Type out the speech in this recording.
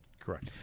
Correct